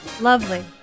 Lovely